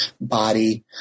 body